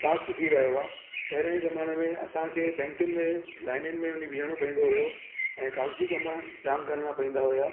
fast थी रयो आहे पहिरें जे ज़माने में असांखे बैंकियुनि में लाइनियुनि में वञी बिहणो पवंदो हुओ ऐं कागज़ी कम जाम करणा पवंदा हुआ